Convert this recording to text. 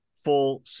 Full